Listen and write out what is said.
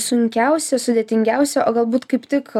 sunkiausia sudėtingiausia o galbūt kaip tik